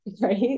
right